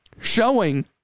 showing